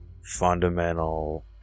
fundamental